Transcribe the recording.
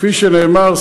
כפי שנאמר,